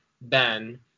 Ben